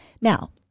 Now